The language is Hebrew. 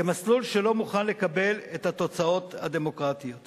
כמסלול שלא מוכן לקבל את התוצאות הדמוקרטיות.